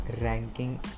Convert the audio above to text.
ranking